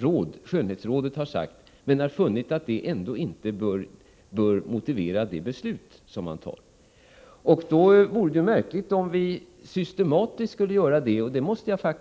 råd för sådana här frågor har sagt men funnit att detta inte bör motivera beslutet från kommunens sida. Det vore märkligt om vi systematiskt skulle ta hänsyn till olika remissinstansers underorgan.